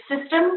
system